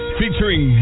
featuring